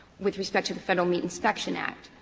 with respect to the federal meat inspection act.